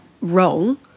wrong